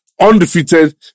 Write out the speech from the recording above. undefeated